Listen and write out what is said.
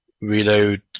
reload